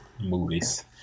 movies